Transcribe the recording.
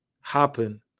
happen